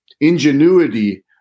ingenuity